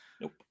Nope